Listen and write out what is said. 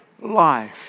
life